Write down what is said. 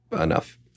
enough